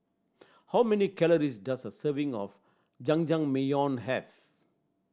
how many calories does a serving of Jajangmyeon have